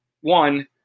one